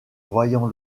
voyant